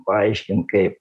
paaiškint kaip